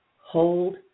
Hold